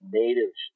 native